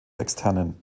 externen